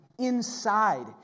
inside